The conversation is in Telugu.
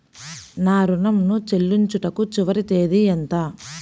నా ఋణం ను చెల్లించుటకు చివరి తేదీ ఎంత?